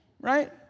right